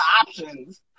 options